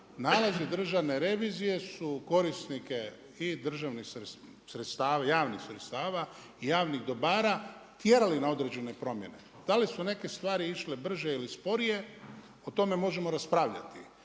nalazi Državne revizije su korisnike i državnih sredstava, javnih sredstava i javnih dobara tjerali na određene promjene. Da li su neke stvari išle brže ili sporije o tome možemo raspravljati,